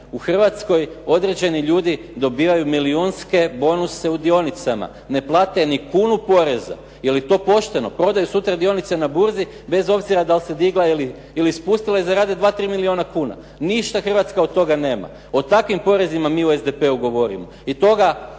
u Hrvatskoj određeni ljudi dobivaju milijunske bonuse u dionicama ne plate ni kunu poreza? Je li to pošteno? Prodaju sutra dionice na burzi bez obzira dal' se digla ili spustila i zarade dva, tri milijuna kuna. Ništa Hrvatska od toga nema. O takvim porezima mi u SDP-u govorimo